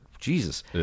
Jesus